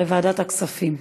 לוועדת הכספים.